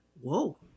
Whoa